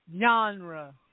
genre